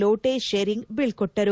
Lotay sharing ಬೀಳ್ತೊಟ್ಟರು